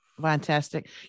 Fantastic